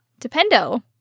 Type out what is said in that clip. dependo